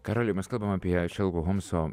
karoli mes kalbam apie šerloko holmso